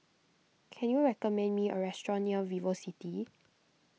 can you recommend me a restaurant near VivoCity